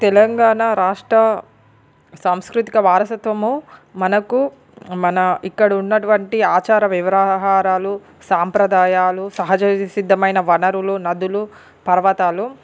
తెలంగాణ రాష్ట సంస్కృతిక వారసత్వము మనకు మన ఇక్కడ ఉన్నటువంటి ఆచార వివరాలు సాంప్రదాయాలు సహజసిద్ధమైన వనరులు నదులు పర్వతాలు